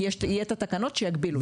כי יהיו את התקנות שאחר כך יגבילו אותו.